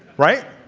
right